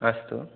अस्तु